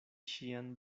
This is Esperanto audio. ŝian